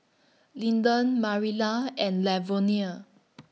Linden Marilla and Lavonia